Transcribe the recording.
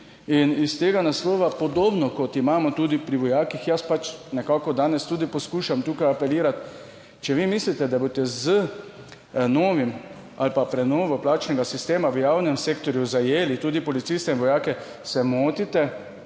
in iz tega naslova podobno kot imamo tudi pri vojakih, jaz pač nekako danes tudi poskušam tukaj apelirati, če vi mislite, da boste z novim ali pa prenovo plačnega sistema v javnem sektorju zajeli tudi policiste in vojake, se motite.